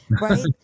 right